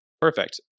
perfect